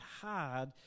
hard